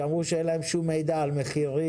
כשאמרו שאין להם שום מידע על מחירים ותעריפים.